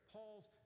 Paul's